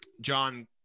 John